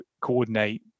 coordinate